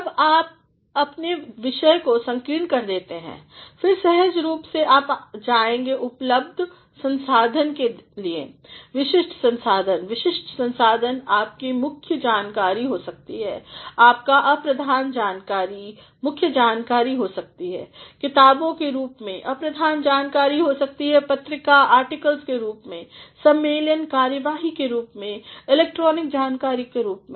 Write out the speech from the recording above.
जब आप अपने विषय को संकीर्ण कर देते हैं फिर सहज रूप से आप जाएंगे उपलब्ध संसाधन के लिए विशिष्ट संसाधन विशिष्ट संसाधन आपकी मुख्य जानकारी हो सकती है आपकी अप्रधान जानकारी मुख्य जानकारी हो सकती है किताबों के रूप में अप्रधान जानकारी हो सकती है पत्रिका आर्टिकल्स के रूप में सम्मेलन कार्यवाही के रूप में इलेक्ट्रॉनिक जानकारी के रूप में